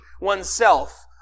oneself